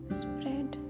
spread